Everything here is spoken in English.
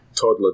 toddler